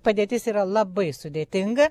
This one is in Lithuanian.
padėtis yra labai sudėtinga